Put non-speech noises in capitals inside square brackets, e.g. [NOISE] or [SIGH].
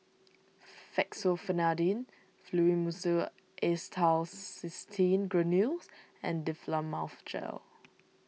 [NOISE] Fexofenadine Fluimucil Acetylcysteine Granules and Difflam Mouth Gel